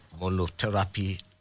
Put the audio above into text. monotherapy